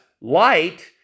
light